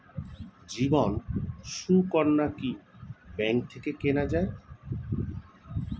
জীবন সুকন্যা কি ব্যাংক থেকে কেনা যায়?